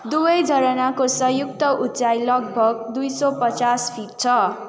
दुवै झरनाको संयुक्त उचाइ लगभग दुई सौ पचास फिट छ